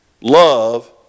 love